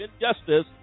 injustice